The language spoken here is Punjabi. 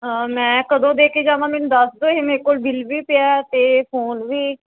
ਮੈਂ ਕਦੋਂ ਦੇ ਕੇ ਜਾਵਾਂ ਮੈਨੂੰ ਦੱਸ ਦਿਓ ਇਹ ਮੇਰੇ ਕੋਲ ਬਿੱਲ ਵੀ ਪਿਆ ਅਤੇ ਫੋਨ ਵੀ